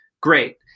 Great